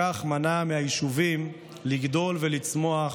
כך נמנע מהיישובים לגדול ולצמוח